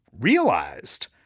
realized